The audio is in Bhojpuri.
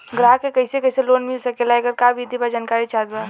ग्राहक के कैसे कैसे लोन मिल सकेला येकर का विधि बा जानकारी चाहत बा?